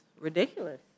ridiculous